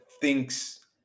thinks